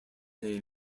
name